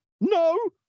No